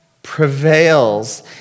prevails